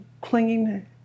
clinging